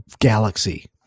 galaxy